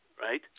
right